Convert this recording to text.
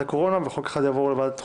הקורונה וחוק אחד יעבור לוועדת החוקה.